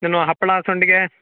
ಇನ್ನು ಹಪ್ಪಳ ಸಂಡಿಗೆ